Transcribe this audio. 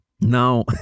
Now